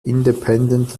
independent